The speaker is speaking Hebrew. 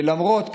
ולמרות זאת,